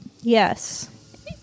Yes